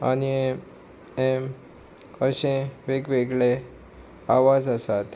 आनी एम अशें वेगवेगळे आवाज आसात